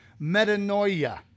metanoia